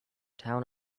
town